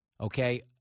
Okay